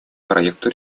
проекту